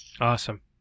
Awesome